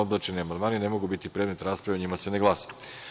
Odbačeni amandmani ne mogu biti predmet rasprave i o njima se ne glasa.